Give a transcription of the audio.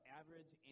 average